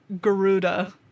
Garuda